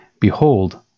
Behold